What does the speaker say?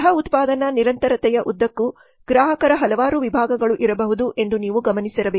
ಸಹ ಉತ್ಪಾದನಾ ನಿರಂತರತೆಯ ಉದ್ದಕ್ಕೂ ಗ್ರಾಹಕರ ಹಲವಾರು ವಿಭಾಗಗಳು ಇರಬಹುದು ಎಂದು ನೀವು ಗಮನಿಸಿರಬೇಕು